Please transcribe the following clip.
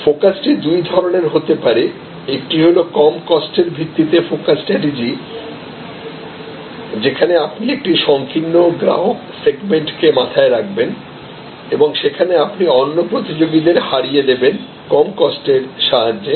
ফোকাসটি দুই ধরণের হতে পারে একটি হল কম কস্ট এর ভিত্তিতে ফোকাস স্ট্রাটেজি যেখানে আপনি একটি সংকীর্ণ গ্রাহক সেগমেন্ট কে মাথায় রাখবেন এবং সেখানে আপনি অন্য প্রতিযোগীদের হারিয়ে দেবেন কম কস্ট এর সাহায্যে